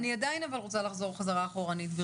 אני עדיין רוצה לחזור חזרה אחורנית,